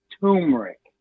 turmeric